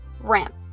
ramp